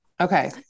Okay